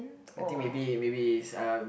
I think maybe maybe is uh